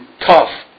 Tough